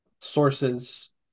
sources